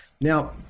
Now